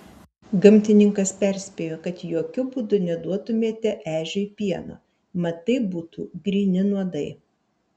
gamtininkas perspėjo kad jokiu būdu neduotumėte ežiui pieno mat tai būtų gryni nuodai